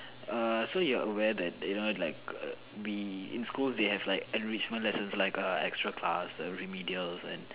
err so you're aware that you know like we in school they have like enrichment class like extra class remedial and